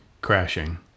crashing